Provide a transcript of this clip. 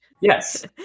Yes